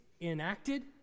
enacted